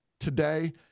today